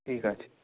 ঠিক আছে